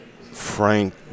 frank